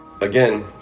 again